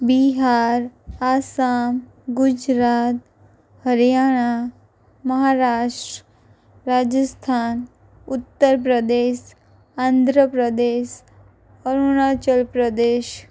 Bihar Assam Gujarat Haryana Maharashtra Rajasthan Uttar Pradesh Andhra Pradesh Arunachal Pradesh